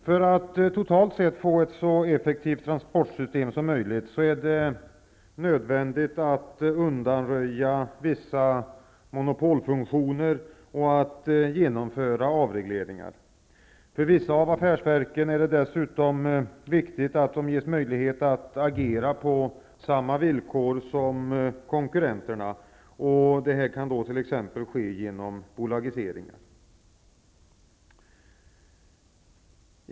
För att få ett totalt sett så effektivt transportsystem som möjligt är det nödvändigt att undanröja vissa monopolfunktioner och att genomföra avregleringar. För vissa av affärsverken är det dessutom viktigt att dessa ges en möjlighet att agera på samma villkor som konkurrenterna. Detta kan t.ex. ske genom bolagiseringar.